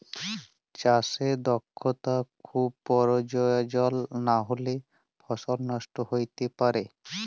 চাষে দক্ষতা খুব পরয়োজল লাহলে ফসল লষ্ট হ্যইতে পারে